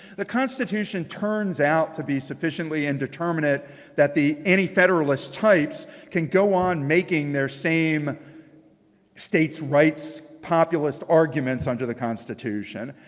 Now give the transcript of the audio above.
the constitution turns out to be sufficiently indeterminate that the anti-federalist types can go on making their same states' rights' populist arguments under the constitution.